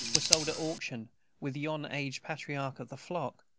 were sold at auction with yon aged patriarch of the flock,